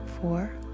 four